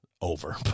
over